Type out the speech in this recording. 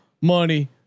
money